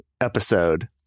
episode